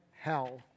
hell